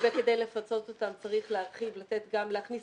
וכדי לפצות אותם צריך להרחיב ולהכניס